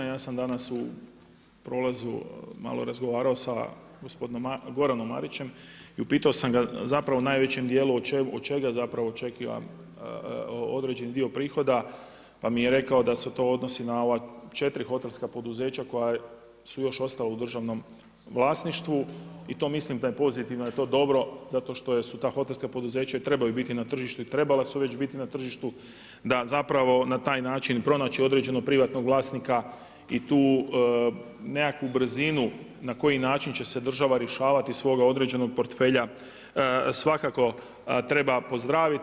Ja sam danas u prolazu malo razgovarao sa gospodinom Goranom Marićem i upitao sam ga zapravo u najvećem dijelu od čega zapravo očekiva određeni dio prihoda, pa mi je rekao da su to odnosi na ova 4 hotelska poduzeća koja su još ostala u državnom vlasništvu i to misli da je pozitivno i da je to dobro, zato što su ta hotelska poduzeća i trebaju biti na tržištu i trebala su već biti na tržištu, da zapravo na taj način i pronaći određenog privatnog vlasnika i tu nekakvu brzinu na koji način će se država rješavati svoga određenog portfelja, svakako treba pozdraviti.